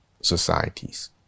societies